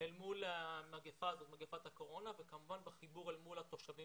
אל מול מגפת הקורונה וכמובן בחיבור אל מול התושבים